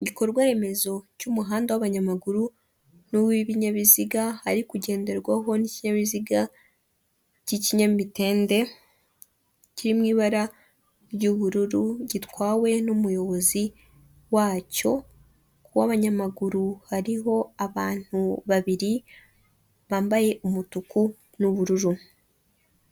Igikorwa remezo cy'umuhanda w'abanyamaguru, nu w'ibinyabiziga hari kugenderwaho n'ikinyabiziga cy'ikinyamitende, kiri mu ibara ry'ubururu gitwawe n'umuyobozi wacyo w'abanyamaguru ,hariho abantu babiri bambaye umutuku n'ubururu.